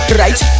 right